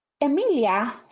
emilia